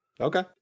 okay